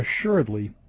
assuredly